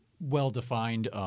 Well-defined